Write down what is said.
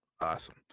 awesome